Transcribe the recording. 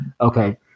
Okay